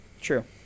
true